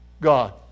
God